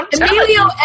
Emilio